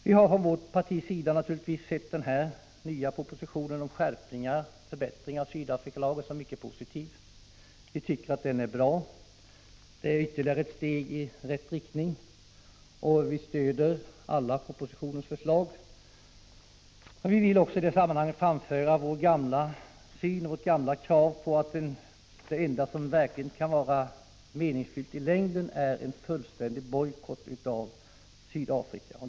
Vi har från vårt parti naturligtvis sett propositionen om skärpning och förbättring av Sydafrikalagen som någonting mycket positivt. Vi tycker att den är bra. Den är ytterligare ett steg i rätt riktning. Vi stöder alla propositionens förslag, men vi vill också framföra vårt gamla krav på att det enda som verkligen kan vara meningsfyllt i längden är en fullständig bojkott mot Sydafrika.